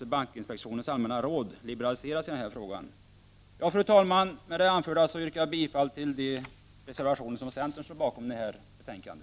Bankinspektionens allmänna råd behöver liberaliseras när det gäller den här frågan. Fru talman! Med det anförda yrkar jag bifall till de reservationer som centern står bakom i detta betänkande.